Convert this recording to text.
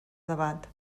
debat